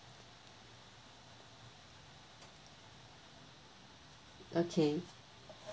okay